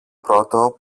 πρώτο